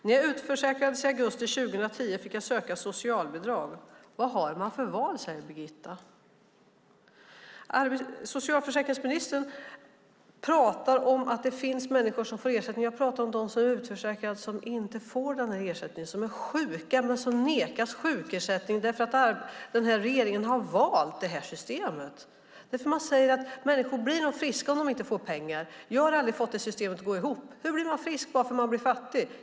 När jag utförsäkrades i augusti 2010 fick jag söka socialbidrag - vad har man för val, säger Birgitta. Socialförsäkringsministern pratar om att det finns människor som får ersättning. Jag pratar om de som är utförsäkrade och som inte får den här ersättningen. De är sjuka men nekas sjukersättning därför att den här regeringen har valt det här systemet. Man säger att människor blir nog friska om de inte får pengar. Jag har aldrig fått det systemet att gå ihop. Hur blir man frisk bara för att man blir fattig?